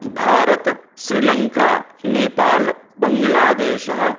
Bharata Sri Lanka Nepal बङ्ग्लादेशः